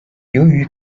由于